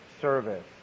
service